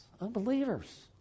unbelievers